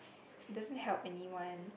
doesn't help anyone